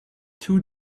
two